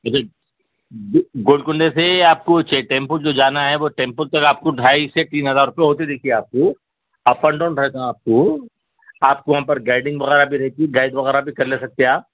گولکنڈے سے آپ کو ٹیمپو جو جانا ہے وہ ٹیمپو سر آپ کو ڈھائی سے تین ہزار ہوتے دیکھیے آپ کو اپ اینڈ ڈاؤن رہتا آپ کو آپ کو وہاں پر گائڈنگ وغیرہ رہتی گائڈ وغیرہ بھی کر لے سکتے آپ